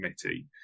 committee